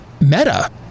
meta